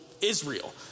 Israel